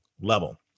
level